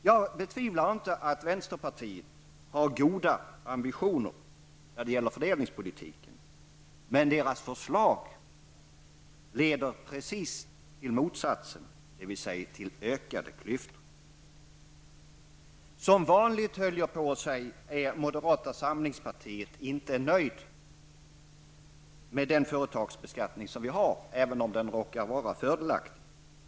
Jag betvivlar inte att vänsterpartiet har stora ambitioner när det gäller fördelningspolitik, men vänsterpartiets förslag leder precis till motsatsen, dvs. till ökade klyftor. Som vanligt -- höll jag på att säga -- är man i moderata samlingspartiet inte nöjd med den företagsbeskattning vi har, även om den råkar vara fördelaktig.